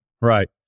Right